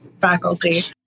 faculty